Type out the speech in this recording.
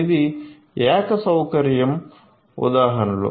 ఇది ఏక సౌకర్యం ఉదాహరణలు